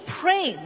pray